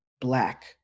black